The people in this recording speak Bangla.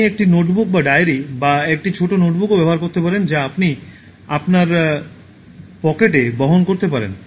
আপনি একটি নোটবুক বা ডায়েরি বা একটি ছোট নোটবুকও ব্যবহার করতে পারেন যা আপনি আপনার পকেটে বহন করতে পারেন